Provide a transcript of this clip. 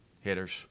hitters